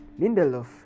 Lindelof